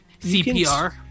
CPR